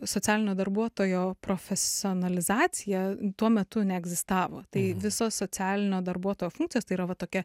socialinio darbuotojo profesionalizacija tuo metu neegzistavo tai visos socialinio darbuotojo funkcijos tai yra va tokia